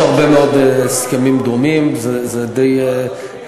יש הרבה מאוד הסכמים דומים, זה הסכם די סטנדרטי.